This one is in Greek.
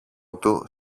του